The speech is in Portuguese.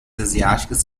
asiáticas